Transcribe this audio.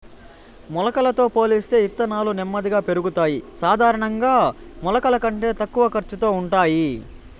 మొలకలతో పోలిస్తే ఇత్తనాలు నెమ్మదిగా పెరుగుతాయి, సాధారణంగా మొలకల కంటే తక్కువ ఖర్చుతో ఉంటాయి